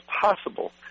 possible